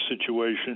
situation